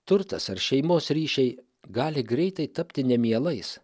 turtas ar šeimos ryšiai gali greitai tapti nemielais